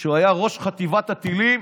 שהוא היה ראש חטיבת הטילים